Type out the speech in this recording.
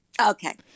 Okay